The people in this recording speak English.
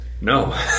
No